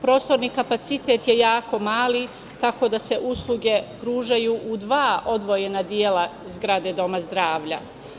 Prostorni kapacitet je jako mali, tako da se usluge pružaju u dva odvojena dela zgrade doma zdravlja.